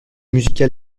musical